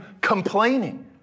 complaining